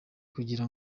kugira